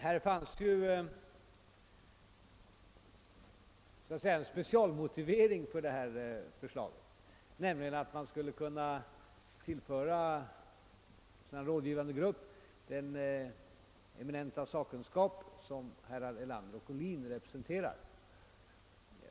Det fanns ju så att säga en specialmotivering för detta förslag, nämligen att man skulle kunna tillföra en sådan här rådgivande grupp den eminenta sakkunskap som herrar Erlander och Ohlin representerar.